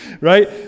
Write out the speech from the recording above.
right